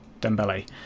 Dembele